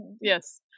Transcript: Yes